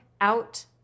out